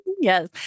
Yes